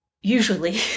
usually